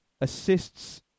Assists